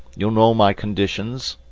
you know my conditions?